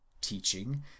teaching